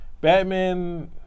Batman